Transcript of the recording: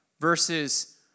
versus